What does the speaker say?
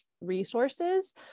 resources